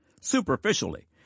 Superficially